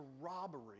robbery